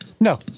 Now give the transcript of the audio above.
No